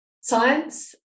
science